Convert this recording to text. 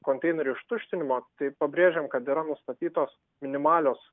konteinerių ištuštinimo tai pabrėžiam kad yra nustatytos minimalios